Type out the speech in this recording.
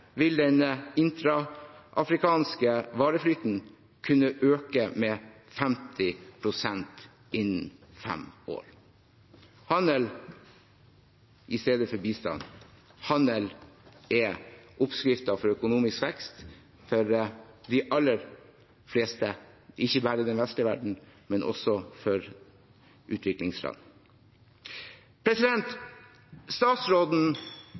vil den intra-afrikanske vareflyten kunne øke med 50 pst. innen fem år. Handel i stedet for bistand – handel er oppskriften for økonomisk vekst for de aller fleste, ikke bare den vestlige verden, men også for utviklingsland.